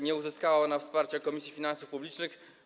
Nie uzyskała ona wsparcia Komisji Finansów Publicznych.